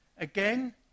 Again